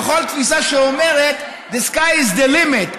לכל תפיסה שאומרת: the sky is the limit.